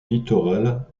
littoral